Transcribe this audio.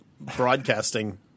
broadcasting